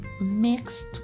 mixed